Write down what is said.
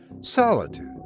solitude